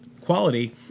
quality